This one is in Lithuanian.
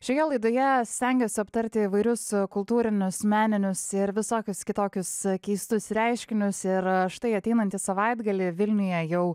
šioje laidoje stengiuosi aptarti įvairius kultūrinius meninius ir visokius kitokius keistus reiškinius ir štai ateinantį savaitgalį vilniuje jau